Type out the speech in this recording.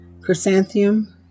chrysanthemum